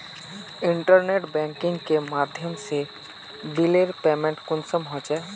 Internet banking के माध्यम से बिलेर पेमेंट कुंसम होचे?